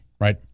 right